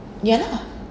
ya lah